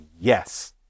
yes